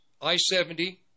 I-70